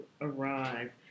arrive